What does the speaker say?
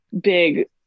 big